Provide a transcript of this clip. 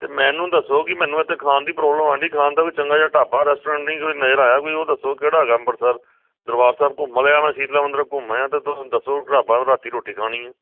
ਅਤੇ ਮੈਨੂੰ ਦੱਸੋ ਕਿ ਮੈਨੂੰ ਇੱਥੇ ਖਾਣ ਦੀ ਪ੍ਰੋਬਲਮ ਆਣਡੀ ਖਾਣ ਦਾ ਕੋਈ ਚੰਗਾ ਜਿਹਾ ਢਾਬਾ ਰੈਸਟੋਰੈਂਟ ਨਹੀਂ ਕੋਈ ਨਜ਼ਰ ਆਇਆ ਕੋਈ ਉਹ ਦੱਸੋ ਕਿਹੜਾ ਹੈਗਾ ਅੰਮ੍ਰਿਤਸਰ ਦਰਬਾਰ ਸਾਹਿਬ ਘੁੰਮ ਲਿਆ ਮੈਂ ਸ਼ੀਤਲਾ ਮੰਦਰ ਘੁੰਮ ਆਇਆ ਤਾਂ ਤੁਸੀਂ ਦੱਸੋ ਢਾਬਾ ਰਾਤੀ ਰੋਟੀ ਖਾਣੀ ਆ